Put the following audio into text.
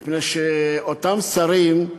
מפני שאותם שרים,